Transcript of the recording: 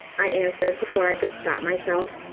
i answered before i could stop myself,